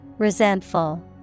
Resentful